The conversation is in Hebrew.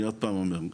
אני עוד פעם אומר,